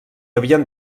havien